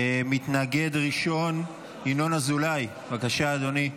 מתנגד ראשון, ינון אזולאי, בבקשה, אדוני.